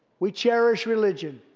we cherish religion,